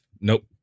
Nope